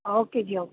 okay ji okay